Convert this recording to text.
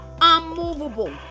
unmovable